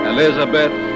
Elizabeth